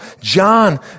john